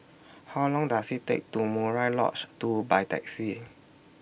How Long Does IT Take to Murai Lodge two By Taxi